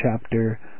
chapter